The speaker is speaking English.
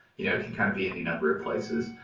you know it can kind of be any number of places.